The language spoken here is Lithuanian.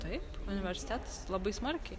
taip universitetas labai smarkiai